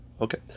Okay